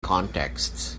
contexts